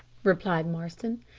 replied marston.